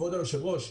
כבוד היושב-ראש,